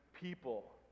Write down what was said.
people